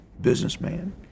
businessman